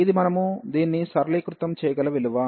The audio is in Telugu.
ఇది మనము దీన్ని సరళీకృతం చేయగల విలువ